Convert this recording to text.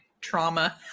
trauma